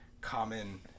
common